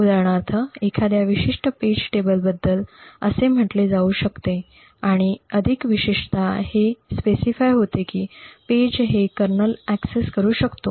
उदाहरणार्थ एखाद्या विशिष्ट पेज टेबल बद्दल असे म्हटले जाऊ शकते आणि अधिक विशेषतः हे निर्दिष्ट होतेय कि पेज हे कर्नल ऍक्सेस करू शकतो